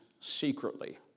secretly